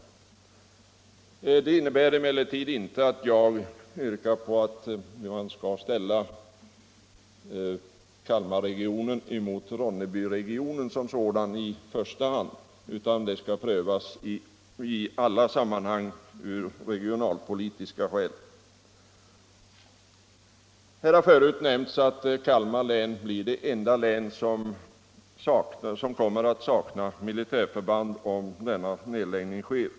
Detta innebär emellertid inte att jag yrkar på att Kalmarregionen i första hand skall ställas mot Ronnebyregionen. Jag menar att man i alla sådana här sammanhang skall göra en prövning från total regionalpolitisk synpunkt. Det har förut nämnts att Kalmar län blivit det enda län som kommer att sakna militärförband, om den föreslagna nedläggningen sker.